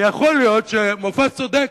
ויכול להיות שמופז צודק,